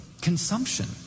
consumption